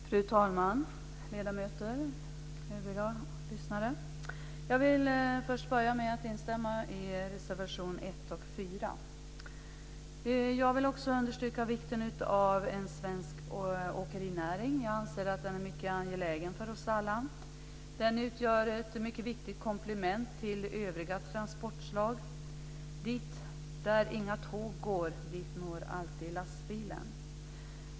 Fru talman! Ledamöter! Övriga lyssnare! Jag vill börja med att instämma i reservation 1 och 4. Jag vill också understryka vikten av en svensk åkerinäring. Jag anser att den är mycket angelägen för oss alla. Den utgör ett mycket viktigt komplement till övriga transportslag. Dit inga tåg går, dit når alltid lastbilen.